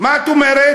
מה את אומרת?